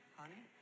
Honey